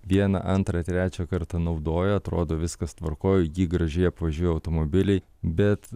vieną antrą trečią kartą naudoja atrodo viskas tvarkoj jį gražiai apvažiuoja automobiliai bet